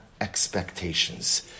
expectations